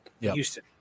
Houston